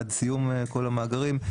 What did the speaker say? עד סיום כל המאגרים,